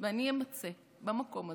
ואני אימצא במקום הזה.